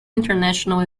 international